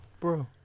bro